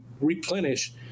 replenish